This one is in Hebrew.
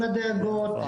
עם הדאגות,